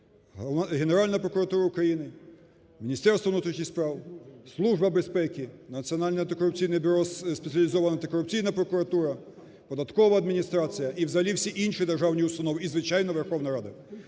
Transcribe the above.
Генеральна прокуратура України, Міністерство внутрішніх справ, Служба безпеки, Національне антикорупційне бюро, Спеціалізована антикорупційна прокуратура, податкова адміністрація і взагалі всі інші державні установи, і, звичайно, Верховна Рада.